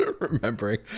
remembering